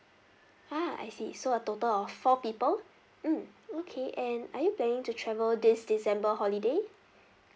ha I see so a total of four people mm okay and are you planning to travel this december holiday